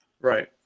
Right